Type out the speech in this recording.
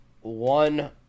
one